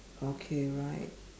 okay right